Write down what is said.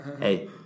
hey